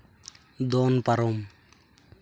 ᱫᱚᱱ ᱯᱟᱨᱚᱢ